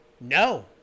No